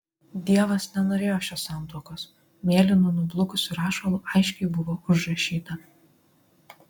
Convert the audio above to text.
dievas nenorėjo šios santuokos mėlynu nublukusiu rašalu aiškiai buvo užrašyta